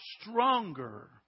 stronger